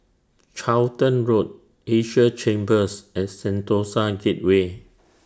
Charlton Road Asia Chambers and Sentosa Gateway